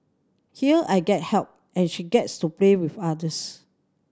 here I get help and she gets to play with others